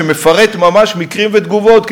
שמפרטת ממש מקרים ותגובות,